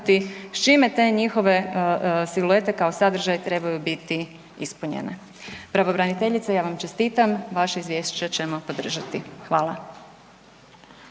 s čime te njihove siluete kao sadržaj trebaju biti ispunjene. Pravobraniteljice ja vam čestitam, vaše izvješće ćemo podržati. Hvala.